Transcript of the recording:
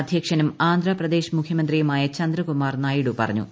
അധ്യക്ഷനും ആന്ധ്രപ്രദേശ് മുഖ്യമന്ത്രിയുമായ ചന്ദ്രകുമാർ നായിഡു പറഞ്ഞു